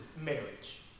marriage